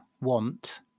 want